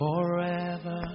forever